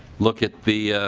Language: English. look at the